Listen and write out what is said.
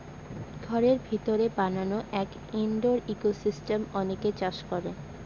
ঘরের ভিতরে বানানো এক ইনডোর ইকোসিস্টেম অনেকে চাষ করে